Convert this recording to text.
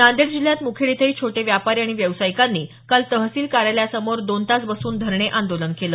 नांदेड जिल्ह्यात मुखेड इथंही छोटे व्यापारी आणि व्यवसायिकांनी काल तहसील कार्यालयासमोर दोन तास बसून धरणे आंदोलन केलं